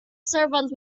servant